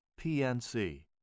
PNC